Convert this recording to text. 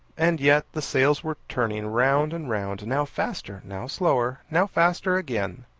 and yet the sails were turning round and round now faster, now slower, now faster again.